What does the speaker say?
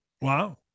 Wow